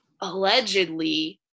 allegedly